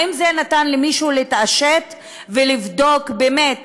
האם זה נתן למישהו להתעשת ולבדוק באמת